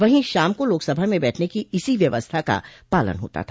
वहीं शाम को लोकसभा में बैठने की इसी व्यरवस्था का पालन होता था